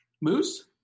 Moose